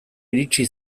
iritsi